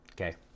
Okay